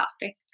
topic